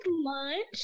lunch